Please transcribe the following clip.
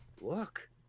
Look